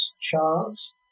charts